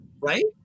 Right